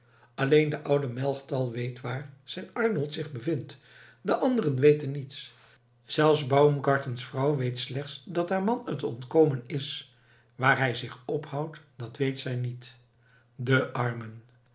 alleen de oude melchtal weet waar zijn arnold zich bevindt de anderen weten niets zelfs baumgartens vrouw weet slechts dat haar man het ontkomen is waar hij zich ophoudt dat weet zij niet de armen